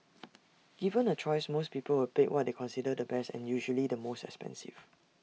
given A choice most people would pick what they consider the best and usually the most expensive